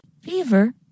Fever